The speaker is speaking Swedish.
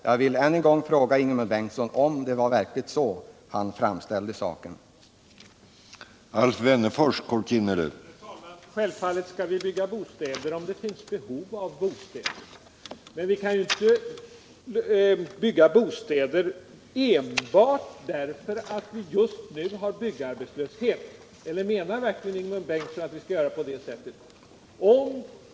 Jag vill än en gång fråga Ingemund Bengtsson om det verkligen var så han menade.